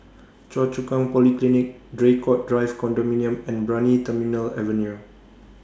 Choa Chu Kang Polyclinic Draycott Drive Condominium and Brani Terminal Avenue